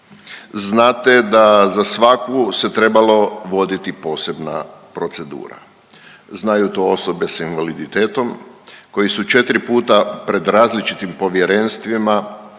Znate da za svaku se trebalo voditi posebna procedura, znaju to osobe s invaliditetom koji su 4 puta pred različitim povjerenstvima,